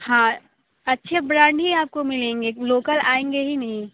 हाँ अच्छे ब्रांड ही आपको मिलेंगे लोकल आएंगे ही नहीं